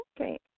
Okay